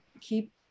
keep